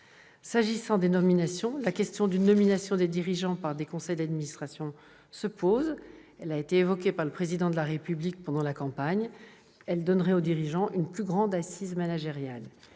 rapide des réformes. La question d'une nomination des dirigeants par les conseils d'administration se pose. Cette piste a été évoquée par le Président de la République pendant la campagne présidentielle. Elle donnerait aux dirigeants une plus grande assise managériale